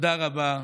תודה רבה לכולכם.